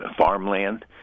farmland